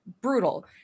brutal